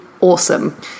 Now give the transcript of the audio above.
awesome